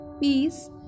peace